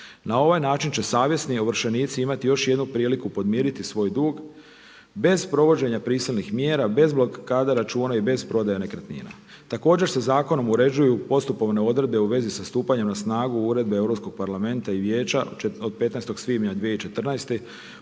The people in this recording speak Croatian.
Na ovaj način će savjesni ovršenici imati još jednu priliku podmiriti svoj dug bez provođenja prisilnih mjera, bez blokada računa i bez prodaja nekretnina. Također se zakonom uređuju postupovne odredbe u vezi sa stupanjem na snagu Uredbe Europskog parlamenta i Vijeća od 15. svibnja 2014.